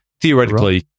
Theoretically